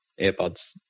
earbuds